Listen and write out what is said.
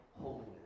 holiness